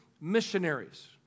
missionaries